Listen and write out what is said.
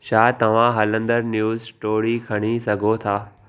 छा तव्हां हलंदड़ु न्यूस स्टोरी खणी सघो था